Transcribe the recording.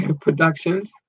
Productions